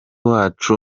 wacu